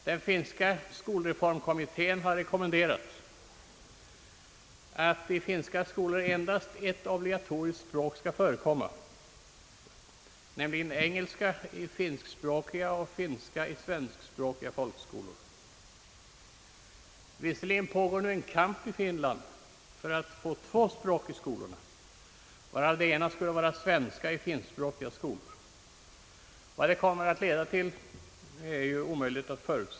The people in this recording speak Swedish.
Den finska skolreformkommittén har rekommenderat alt i finska skolor endast ett obligatoriskt språk skall förekomma, nämligen engelska i finskspråkiga och finska i svenskspråkiga folkskolor. Visserligen pågår nu en kamp i Finland för att få två språk i skolorna, varav det ena i finskspråkiga skolor skall vara svenska. men vad detta kommer att leda till är omöjligt förutse.